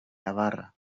navarra